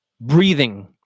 breathing